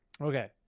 okay